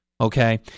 okay